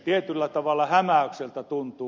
tietyllä tavalla hämäykseltä tuntuu